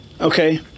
Okay